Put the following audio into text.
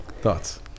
thoughts